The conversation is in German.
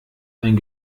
ein